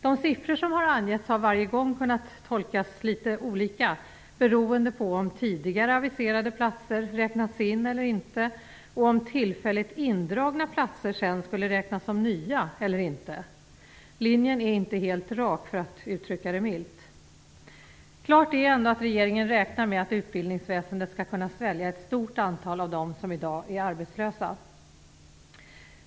De siffror som har angetts har varje gång kunnat tolkas litet olika beroende på om tidigare aviserade platser räknats in eller inte och om tillfälligt indragna platser sedan skulle räknas som nya eller inte. Linjen är inte helt rak, för att uttrycka det milt. Klart är ändå att regeringen räknar med att utbildningsväsendet skall kunna svälja ett stort antal av dem som i dag är arbetslösa.